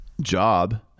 job